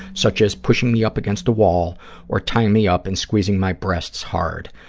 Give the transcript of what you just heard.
such as pushing me up against a wall or tying me up and squeezing my breasts hard.